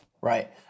right